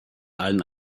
allen